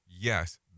yes